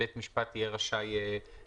שבית משפט יהיה רשאי לפסוק,